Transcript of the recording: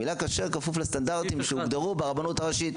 המילה כשר כפוף לסטנדרטים שהוגדרו ברבנות הראשית.